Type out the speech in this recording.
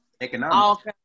Economics